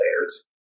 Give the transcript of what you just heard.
players